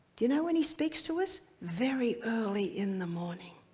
do you know when he speaks to us? very early in the morning.